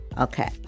Okay